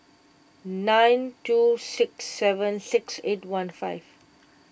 nine two six seven six eight one five